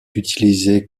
utilisée